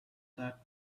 that